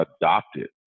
adopted